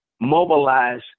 mobilize